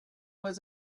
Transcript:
was